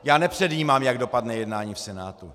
Já nepředjímám, jak dopadne jednání v Senátu.